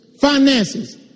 Finances